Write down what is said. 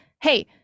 hey